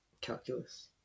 Calculus